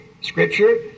Scripture